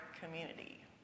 community